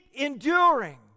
enduring